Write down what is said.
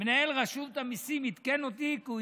מנהל רשות המיסים עדכן אותי כי הוא